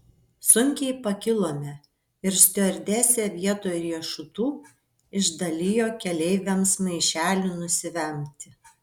sunkiai pakilome ir stiuardesė vietoj riešutų išdalijo keleiviams maišelių nusivemti